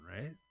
right